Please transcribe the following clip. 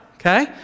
okay